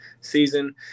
season